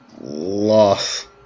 Loss